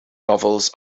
novels